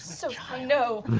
so i know!